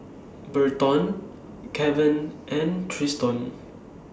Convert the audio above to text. Burton Kevan and Triston